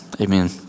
amen